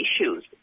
issues